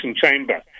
chamber